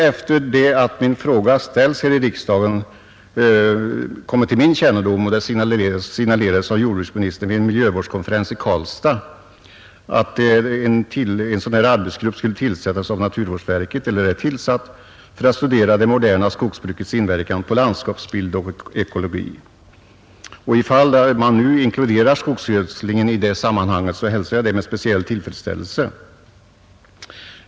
Efter det min fråga ställdes här i riksdagen har det kommit till min kännedom att jordbruksministern vid en miljövårdskonferens i Karlstad signalerade att en arbetsgrupp skulle tillsättas — eller är tillsatt — av naturvårdsverket för att studera det moderna skogsbrukets inverkan på landskapsbild och ekologi. Ifall man nu inkluderar skogsgödslingen i det sammanhanget hälsar jag det med speciell tillfredsställelse.